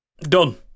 Done